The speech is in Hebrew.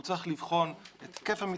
הוא צריך לבחון את היקף המתנגדים,